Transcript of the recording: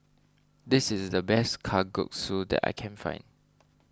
this is the best Kalguksu that I can find